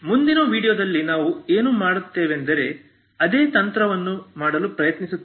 ಮುಂದಿನ ವೀಡಿಯೊದಲ್ಲಿ ನಾವು ಏನು ಮಾಡುತ್ತೇವೆಂದರೆ ಅದೇ ತಂತ್ರವನ್ನು ಮಾಡಲು ಪ್ರಯತ್ನಿಸುತ್ತೇವೆ